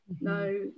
no